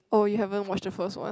oh you haven't watch the first one